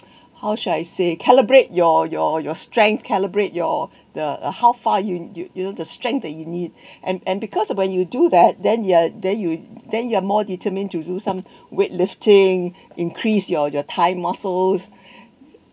how should I say calibrate your your your strength calibrate your the uh how far you you you know the strength that you need and and because of when you do that then you're then you then you are more determined to do some weightlifting increase your your thigh muscles